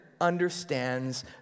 understands